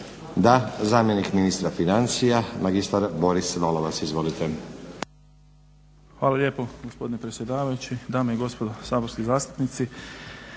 Da. Zamjenik ministra financija mr. Boris Lalovac, izvolite. **Lalovac, Boris** Hvala lijepo gospodine predsjedavajući, dame i gospodo saborski zastupnici.